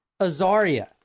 Azaria